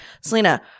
Selena